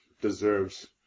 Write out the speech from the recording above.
deserves